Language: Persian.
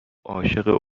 عاشق